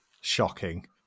shocking